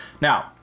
Now